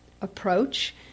approach